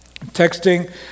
Texting